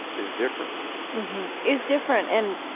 is different is different and,